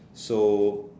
so